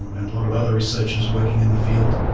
and a lot of other researchers working in the field.